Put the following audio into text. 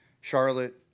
Charlotte